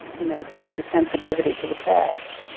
you know because there's a sensitivity to the text.